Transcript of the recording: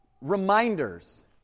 reminders